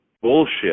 bullshit